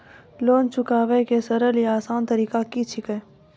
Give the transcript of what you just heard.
Loan चुकाबै के सरल या आसान तरीका की अछि?